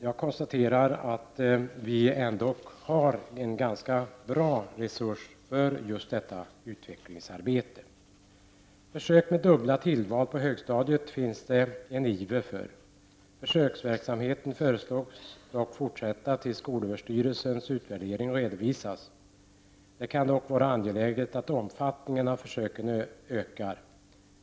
Jag konstaterar att vi ändock har en ganska bra resurs för just detta utvecklingsarbete. Det finns en iver för försök med dubbla tillval på högstadiet. Försöksverksamheten föreslås dock fortsätta fram tills skolöverstyrelsens utvärdering har redovisats. Det kan dock vara angeläget att omfattningen av försöken ökar.